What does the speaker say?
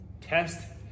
test